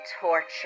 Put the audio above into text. torture